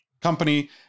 company